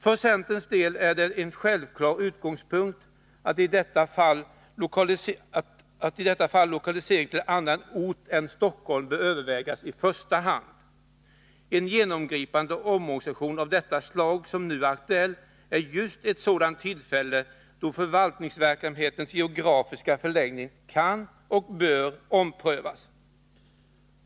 För centerns del är det en självklar utgångspunkt att i detta fall lokalisering till en annan ort än Stockholm bör övervägas i första hand. En genomgripande omorganisation av det slag som nu är aktuell är just ett sådant tillfälle då förvaltningsverksamhetens geografiska förläggning kan och bör omprövas.